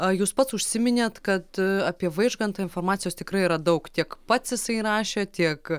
jūs pats užsiminėte kad apie vaižgantą informacijos tikrai yra daug tiek pats jisai rašė tiek